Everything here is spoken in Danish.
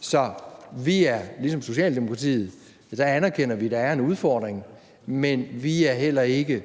Så ligesom Socialdemokratiet anerkender vi, at der er en udfordring, men vi er heller ikke